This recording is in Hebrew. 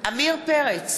עמיר פרץ,